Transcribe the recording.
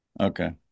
Okay